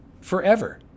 forever